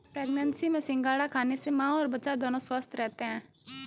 pregnancy में सिंघाड़ा खाने से मां और बच्चा दोनों स्वस्थ रहते है